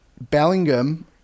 Bellingham